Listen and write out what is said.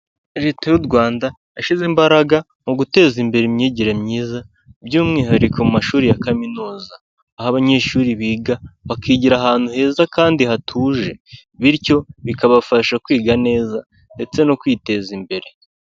Leta y'u Rwanda yashyize imbaraga mu guteza imbere imyigire myiza by'umwihariko mu mashuri ya kaminuza aho abanyeshuri biga bakigira ahantu heza kandi hatuje bityo bikabafasha kwiga neza ndetse no kwiteza imbere.